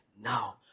now